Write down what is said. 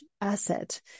asset